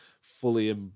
fully